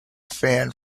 fan